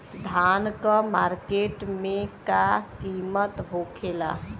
धान क मार्केट में का कीमत होखेला?